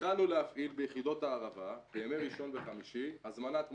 התחלנו להפעיל ביחידות הערבה בימי ראשון וחמישי הזמנת מושב.